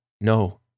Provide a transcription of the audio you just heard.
No